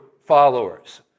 followers